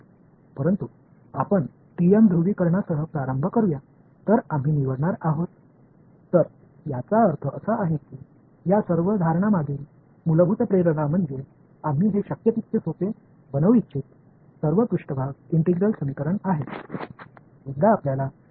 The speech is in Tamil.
எனவே இந்த அனுமானங்கள் அனைத்திற்கும் பின்னால் உள்ள அடிப்படை உந்துதல் என்னவென்றால் முதல் மேற்பரப்பில் ஒருங்கிணைந்த சமன்பாடு உள்ளது அதை முடிந்தவரை எளிமையாக்க நாங்கள் விரும்புகிறோம் நீங்கள் அதை செயலிழக்கச் செய்தவுடன் நீங்கள் விரும்பும் எந்த வழியையும் பொதுமைப்படுத்தலாம்